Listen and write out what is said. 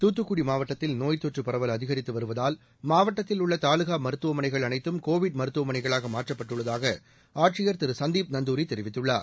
தூத்துக்குடி மாவட்டத்தில் நோய்த் தொற்று பரவல் அதிகரித்து வருவதால் மாவட்டத்தில் உள்ள தாலுகா மருத்துவமனைகள் அனைத்தும் கோவிட் மருத்துவமனைகளாக மாற்றப்பட்டுள்ளதாக ஆட்சியர் திரு சந்தீப் நந்தூரி தெரிவித்துள்ளார்